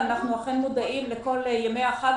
ואנחנו אכן מודעים לכל ימי החג,